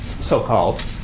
so-called